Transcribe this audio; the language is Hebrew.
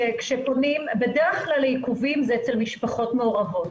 בדרך כלל העיכובים זה אצל משפחות מעורבות.